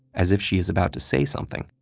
as if she is about to say something,